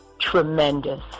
tremendous